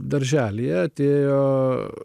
darželyje atėjo